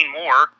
more